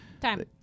time